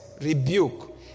rebuke